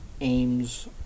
aims